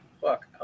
fuck